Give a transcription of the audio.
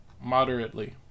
Moderately